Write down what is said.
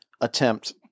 attempt